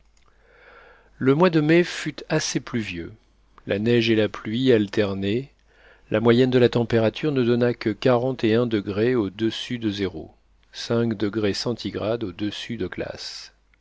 le mois de mai fut assez pluvieux la neige et la pluie alternaient la moyenne de la température ne donna que quarante et un degrés au-dessus de zéro